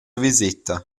viseta